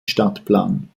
stadtplan